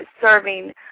serving